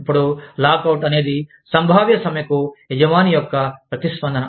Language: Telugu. ఇప్పుడు లాకౌట్ అనేది సంభావ్య సమ్మెకు యజమాని యొక్క ప్రతిస్పందన